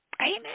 Amen